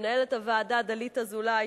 למנהלת הוועדה דלית אזולאי,